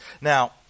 Now